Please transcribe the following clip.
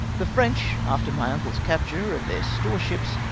the french, after my uncle's capture of their store-ships,